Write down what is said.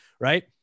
right